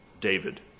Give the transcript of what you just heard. David